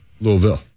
Louisville